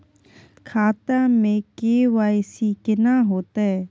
खाता में के.वाई.सी केना होतै?